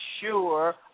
sure